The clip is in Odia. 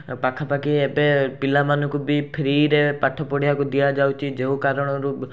ପାଖାପାଖି ଏବେ ପିଲାମାନଙ୍କୁ ବି ଫ୍ରିରେ ପାଠ ପଢ଼ିବାକୁ ଦିଆଯାଉଛି ଯେଉଁ କାରଣରୁ